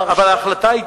אבל ההחלטה היא,